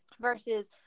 Versus